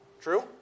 True